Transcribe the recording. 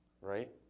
Right